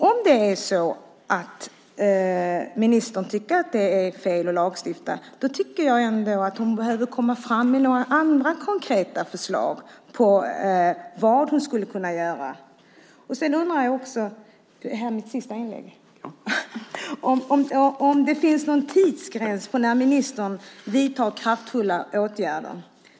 Om ministern tycker att det är fel att lagstifta så tycker jag att hon borde komma fram med några andra konkreta förslag på vad hon skulle kunna göra. Jag undrar också om det finns någon tidsgräns för när ministern ska vidta kraftfulla åtgärder.